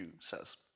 says